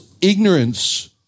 ignorance